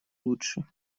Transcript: лучше